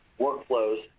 workflows